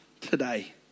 today